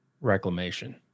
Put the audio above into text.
reclamation